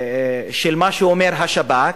מה שאומר השב"כ,